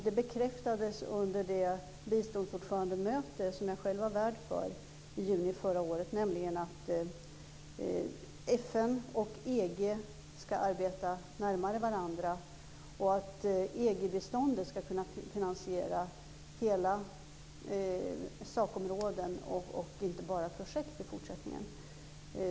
Det bekräftades under det biståndsordförandemöte som jag själv var värd för i juni i år att FN och EU ska arbeta närmare varandra och att EU biståndet i fortsättningen ska kunna finansiera hela sakområden och inte bara projekt.